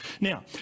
now